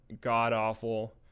god-awful